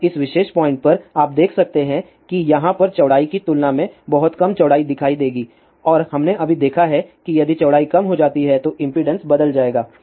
अब इस विशेष पॉइंट पर आप देख सकते हैं कि यहाँ पर इस चौड़ाई की तुलना में बहुत कम चौड़ाई दिखाई देगी और हमने अभी देखा है कि यदि चौड़ाई कम हो जाती है तो इम्पीडेन्स बदल जाएगा